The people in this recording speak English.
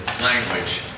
language